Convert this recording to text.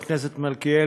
חבר הכנסת מלכיאלי,